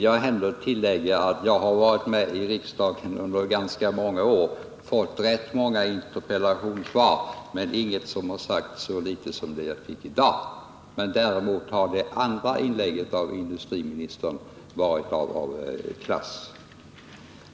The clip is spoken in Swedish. Jag kan tillägga att jag har varit med i riksdagen under ganska många år och fått rätt många interpellationssvar men inget som har sagt så litet som det jag fick i dag. Däremot var industriministerns andra inlägg av klass.